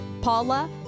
paula